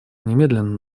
немедленно